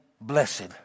blessed